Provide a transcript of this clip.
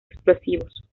explosivos